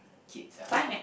kids ah